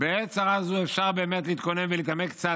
בעת צרה זו אפשר באמת להתכונן ולהתעמק קצת.